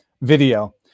video